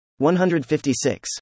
156